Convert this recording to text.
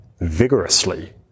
vigorously